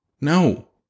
No